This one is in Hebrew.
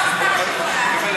לא סתם,